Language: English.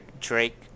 Drake